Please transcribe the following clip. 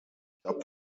shop